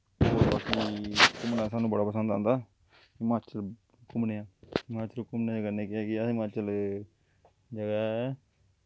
घूमना सानूं बड़ा पसंद आंदा हिमाचल घूमने आं हिमाचल घूमने दे कन्नै कन्नै अस हिमाचल जगह् ऐ